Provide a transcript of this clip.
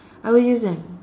I will use them